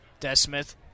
Desmith